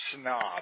snob